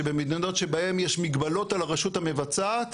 שבמדינות שבהן יש מגבלות על הרשות המבצעת